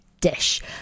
dish